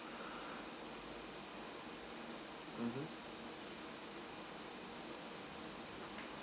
mmhmm